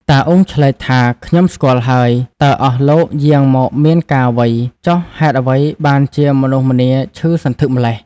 តា អ៊ុង ឆ្លើយថា "ខ្ញុំស្គាល់ហើយ តើអស់លោកយាងមកមានការអ្វី? ចុះហេតុអ្វីបានជាមនុស្សម្នាឈឺសន្ធឹកម្ល៉េះ?"